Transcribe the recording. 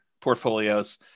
portfolios